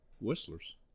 whistlers